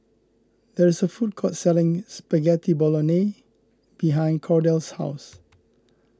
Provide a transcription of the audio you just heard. there is a food court selling Spaghetti Bolognese behind Kordell's house